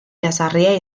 jazarria